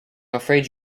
afraid